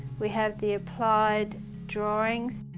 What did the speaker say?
we have the applied drawings.